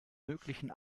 möglichen